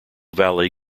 valley